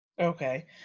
okay